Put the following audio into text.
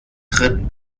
tritt